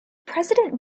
president